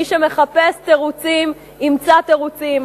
מי שמחפש תירוצים ימצא תירוצים,